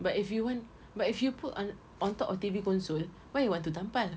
but if you want but if you put und~ on top of T_V console why you want to tampal